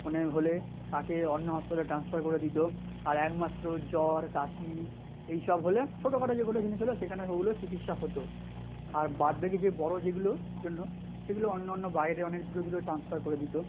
মানে হলে তাকে অন্য হসপিটালে ট্রান্সফার করে দিতো আর একমাত্র জ্বর কাশি এই সব হলে ছোটো খাটো যেগুলো জিনিস হলে সেখানে ওগুলো চিকিৎসা হতো আর বাদ বাকি যে বড়ো যেগুলো জন্য সেগুলো অন্য অন্য বাইরে অনেক দূরে দূরে টান্সফার করে দিতো